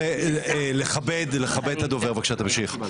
לכבד את הדובר, בבקשה, תמשיך.